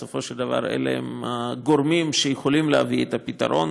בסופו של דבר, אלה הגורמים שיכולים להביא פתרון.